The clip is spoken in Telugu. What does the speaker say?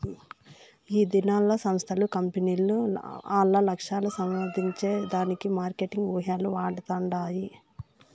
ఈదినాల్ల సంస్థలు, కంపెనీలు ఆల్ల లక్ష్యాలు సాధించే దానికి మార్కెటింగ్ వ్యూహాలు వాడతండాయి